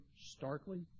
starkly